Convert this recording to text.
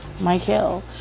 Michael